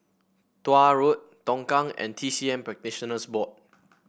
Tuah Road Tongkang and T C M Practitioners Board